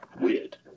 weird